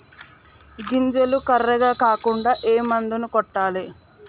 గింజలు కర్రెగ కాకుండా ఏ మందును కొట్టాలి?